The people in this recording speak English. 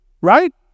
right